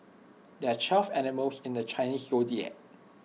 there are twelve animals in the Chinese Zodiac